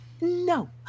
No